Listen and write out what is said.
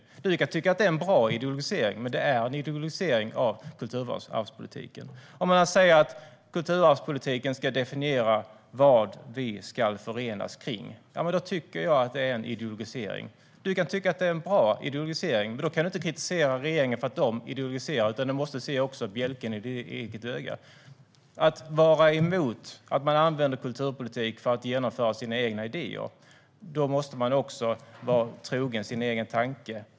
Aron Emilsson kan tycka att det är en bra ideologisering, men det är en ideologisering av kulturarvspolitiken. Om man säger att kulturarvspolitiken ska definiera vad vi ska förenas kring tycker jag att det är en ideologisering. Aron Emilsson kan tycka att det är en bra ideologisering, men då kan du inte kritisera regeringen för att den ideologiserar. Du måste se bjälken i ditt eget öga. Om man är emot att andra använder kulturpolitik för att genomföra sina egna idéer måste man också vara trogen sin egen tanke.